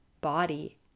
body